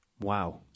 Wow